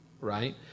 right